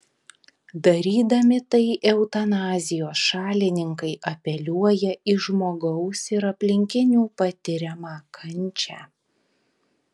darydami tai eutanazijos šalininkai apeliuoja į žmogaus ir aplinkinių patiriamą kančią